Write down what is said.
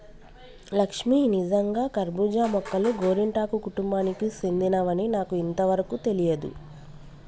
లక్ష్మీ నిజంగా కర్బూజా మొక్కలు గోరింటాకు కుటుంబానికి సెందినవని నాకు ఇంతవరకు తెలియదు